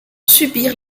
subir